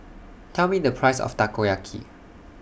Tell Me The Price of Takoyaki